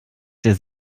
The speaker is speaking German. der